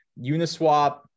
Uniswap